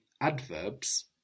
adverbs